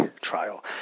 trial